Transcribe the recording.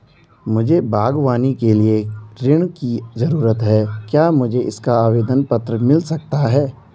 मुझे बागवानी के लिए ऋण की ज़रूरत है क्या मुझे इसका आवेदन पत्र मिल सकता है?